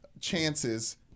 chances